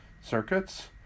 circuits